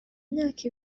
imyaka